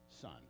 son